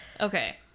Okay